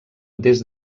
des